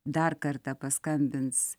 dar kartą paskambins